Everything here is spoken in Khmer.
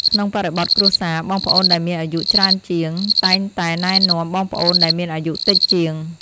ក្នុងបរិបទគ្រួសារ បងប្អូនដែលមានអាយុច្រើនជាងតែងតែណែនាំបងប្អូនដែលមានអាយុតិចជាង។